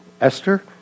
Esther